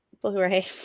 Blu-ray